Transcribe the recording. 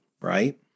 right